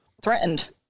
Threatened